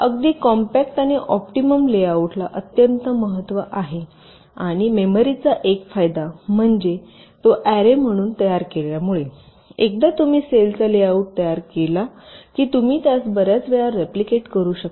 अगदी कॉम्पॅक्ट आणि ऑप्टिमम लेआउटला अत्यंत महत्त्व आहे आणि मेमरीचा एक फायदा म्हणजे तो अॅरे म्हणून तयार केल्यामुळे एकदा तुम्ही सेलचा लेआउट तयार केला की तुम्ही त्यास बर्याच वेळा रिप्लिकेट करू शकता